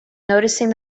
noticing